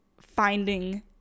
finding